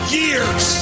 years